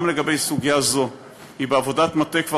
גם סוגיה זו היא כבר בעבודת מטה,